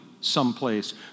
someplace